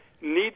need